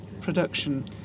production